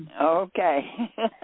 Okay